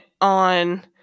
on